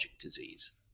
disease